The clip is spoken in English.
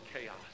chaos